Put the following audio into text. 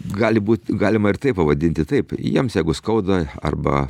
gali būt galima ir taip pavadinti taip jiems jeigu skauda arba